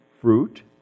fruit